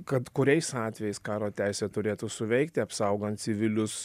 kad kuriais atvejais karo teisė turėtų suveikti apsaugant civilius